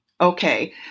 Okay